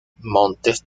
montes